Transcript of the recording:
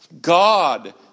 God